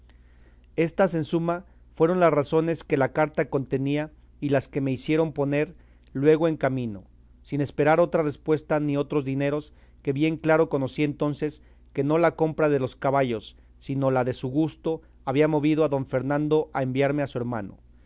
éstas en suma fueron las razones que la carta contenía y las que me hicieron poner luego en camino sin esperar otra respuesta ni otros dineros que bien claro conocí entonces que no la compra de los caballos sino la de su gusto había movido a don fernando a enviarme a su hermano